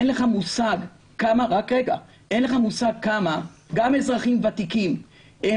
אין לך מושג כמה גם אזרחים ותיקים הם